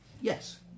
yes